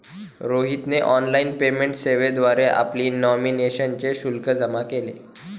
रोहितने online payment सेवेद्वारे आपली नॉमिनेशनचे शुल्क जमा केले